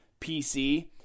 PC